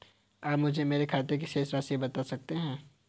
आप मुझे मेरे खाते की शेष राशि बता सकते हैं?